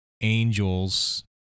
angels